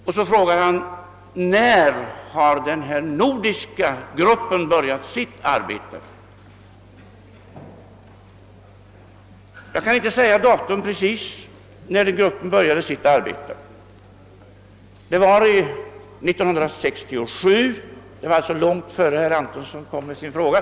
Och så frågar han, när den här nordiska gruppen började sitt arbete. Jag kan på den senare punkten inte ange något exakt datum. Men det var 1967 som den nordiska gruppen började sitt arbete, alltså långt innan herr Antonsson framställde sin fråga.